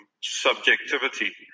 subjectivity